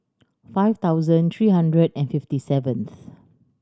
five thousand three hundred and fifty seventh